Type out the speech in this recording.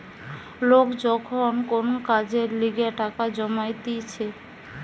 লোক যখন কোন কাজের লিগে টাকা জমাইতিছে